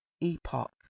Epoch